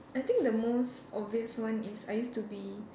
I think the most obvious one is I used to be